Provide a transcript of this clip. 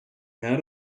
out